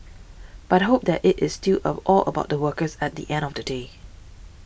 but hope that it is still of all about the workers at the end of the day